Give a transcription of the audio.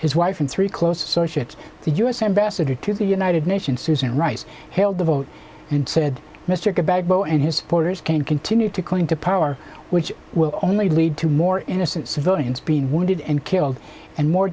his wife and three close associates the u s ambassador to the united nations susan rice hailed the vote and said mr gbagbo and his supporters can continue to cling to power which will only lead to more innocent civilians being wounded and killed and more